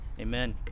Amen